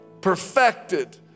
perfected